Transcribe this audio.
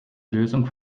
lösung